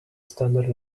standard